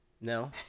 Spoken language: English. No